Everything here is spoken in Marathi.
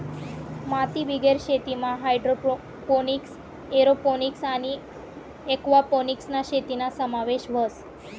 मातीबिगेर शेतीमा हायड्रोपोनिक्स, एरोपोनिक्स आणि एक्वापोनिक्स शेतीना समावेश व्हस